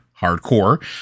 hardcore